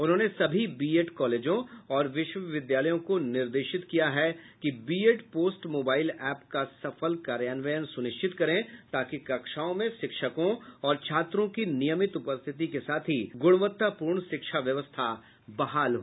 उन्होंने सभी बीएड कॉलेजों और विश्वविद्यालयों को निर्देशित किया कि बीएड पोस्ट मोबाइल ऐप का सफल कार्यान्वयन सुनिश्चित करें ताकि कक्षाओं में शिक्षकों और छात्रों की नियमित उपस्थिति के साथ ही गुणवत्तापूर्ण शिक्षा व्यवस्था बहाल हो